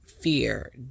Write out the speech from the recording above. fear